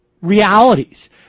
Realities